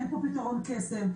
אין פה פתרון קסם,